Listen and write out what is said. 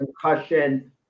concussion